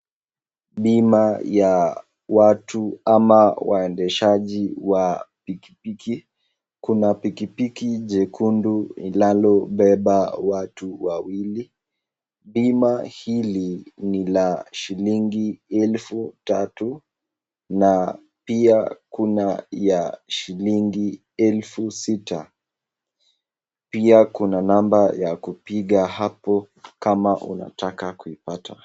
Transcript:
Bima ya watu ama waendeshaji pikipiki. Kuna pikipiki jekundu iliyobeba watu wawili. Bima hili ni la shilingi elfu tatu na pia kuna ya shilingi elfu sita. Pia kuna namba ya kupiga hapo kama unataka kuipata.